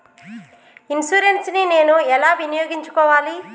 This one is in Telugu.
ఇన్సూరెన్సు ని నేను ఎలా వినియోగించుకోవాలి?